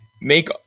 make